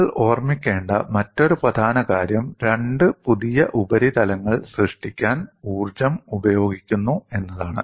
നിങ്ങൾ ഓർമ്മിക്കേണ്ട മറ്റൊരു പ്രധാന കാര്യം രണ്ട് പുതിയ ഉപരിതലങ്ങൾ സൃഷ്ടിക്കാൻ ഊർജ്ജം ഉപയോഗിക്കുന്നു എന്നതാണ്